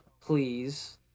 please